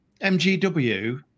MGW